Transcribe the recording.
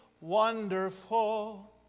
Wonderful